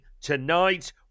tonight